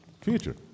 Future